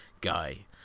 guy